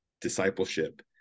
discipleship